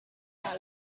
hari